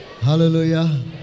Hallelujah